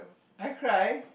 I cry